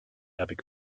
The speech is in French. avec